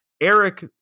Eric